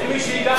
אין מי שייקח אותם,